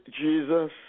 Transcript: Jesus